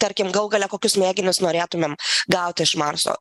tarkim galų gale kokius mėginius norėtumėm gauti iš marso